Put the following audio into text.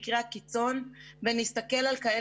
חלק גדול מהדברים האלה הם דברים קטנים של כמה